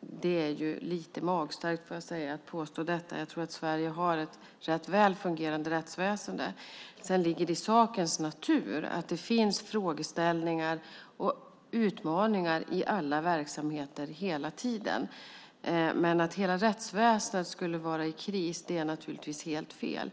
Det är lite magstarkt, får jag säga, att påstå detta. Jag tror att Sverige har ett rätt väl fungerande rättsväsen. Det ligger i sakens natur att det finns frågeställningar och utmaningar i alla verksamheter hela tiden. Men att hela rättsväsendet skulle vara i kris är naturligtvis helt fel.